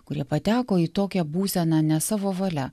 kurie pateko į tokią būseną ne savo valia